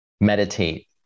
meditate